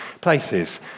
places